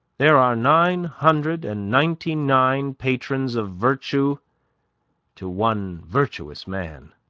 there are nine hundred and ninety-nine patrons of virtue to one virtuous man.